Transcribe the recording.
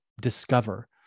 discover